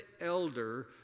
elder